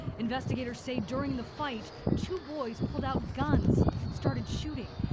investigators say during the fight two boys pulled out guns and started shooting.